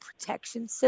protection